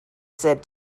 said